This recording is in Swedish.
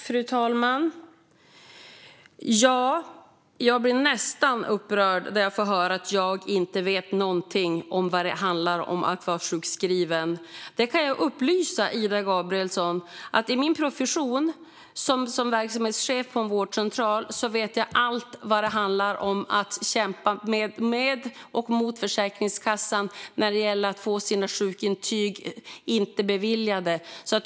Fru talman! Jag blir nästan upprörd när jag får höra att jag inte vet vad det handlar om att vara sjukskriven. Jag kan upplysa Ida Gabrielsson om att jag, i min profession som verksamhetschef på en vårdcentral, vet allt om att kämpa med och mot Försäkringskassan när det gäller att man inte har fått sina sjukintyg beviljade.